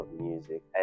music